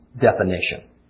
definition